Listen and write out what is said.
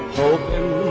hoping